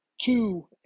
Two